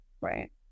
Right